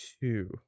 two